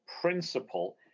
principle